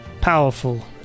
powerful